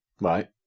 Right